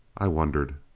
i wondered.